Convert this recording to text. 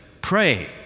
pray